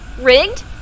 rigged